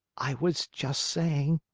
i was just saying,